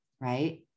Right